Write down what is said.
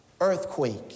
Earthquake